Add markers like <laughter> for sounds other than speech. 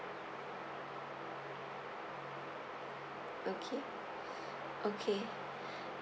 okay <breath> okay